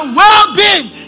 well-being